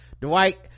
dwight